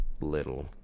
little